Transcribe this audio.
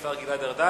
השר גלעד ארדן,